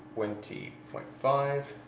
twenty point five